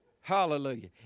Hallelujah